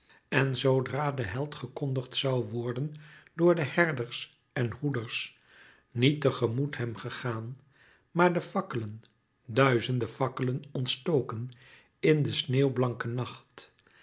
en zoodra de held gekondigd zoû worden door de herders en hoeders niet te gemoet hem gegaan maar de fakkelen duizende fakkelen ontstoken in de sneeuwblanke nacht